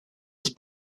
was